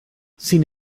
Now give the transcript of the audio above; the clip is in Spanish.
sin